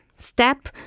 step